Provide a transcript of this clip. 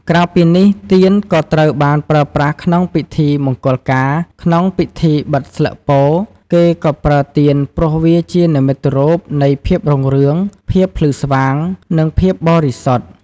ក្រៅពីនេះ ទៀនក៏ត្រូវបានប្រើប្រាស់ក្នុងពិធីមង្គលការ ក្នុងពិធីបិទស្លឹកពោធិ៍ គេក៏ប្រើទៀនព្រោះវាជានិមិត្តរូបនៃភាពរុងរឿង ភាពភ្លឺស្វាង និងភាពបរិសុទ្ធ ។